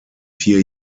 vier